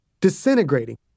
disintegrating